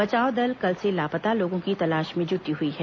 बचाव दल कल से लापता लोगों की तलाश में जुटी हुई है